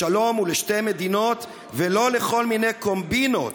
לשלום ולשתי מדינות, ולא לכל מיני קומבינות,